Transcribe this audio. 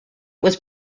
was